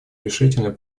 решительно